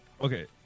okay